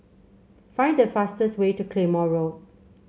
find the fastest way to Claymore Road